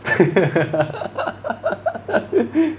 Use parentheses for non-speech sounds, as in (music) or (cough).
(laughs)